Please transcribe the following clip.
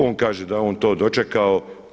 On kaže da je on to dočekao.